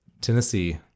Tennessee